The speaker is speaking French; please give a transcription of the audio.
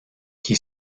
qui